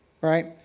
right